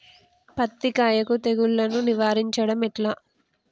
పత్తి కాయకు తెగుళ్లను నివారించడం ఎట్లా?